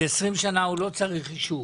ל-20 שנה הוא לא צריך אישור.